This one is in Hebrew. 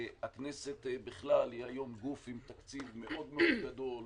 הכנסת היא גוף עם תקציב מאוד מאוד גדול,